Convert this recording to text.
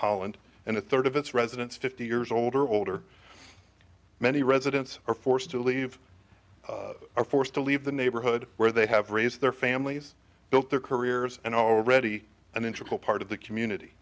holland and a third of its residents fifty years old or older many residents are forced to leave or forced to leave the neighborhood where they have raised their families built their careers and already an intricate part of the community